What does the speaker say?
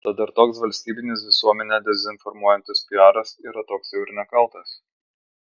tad ar toks valstybinis visuomenę dezinformuojantis piaras yra toks jau ir nekaltas